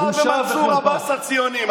אתה ומנסור עבאס הציונים.